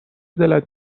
دلت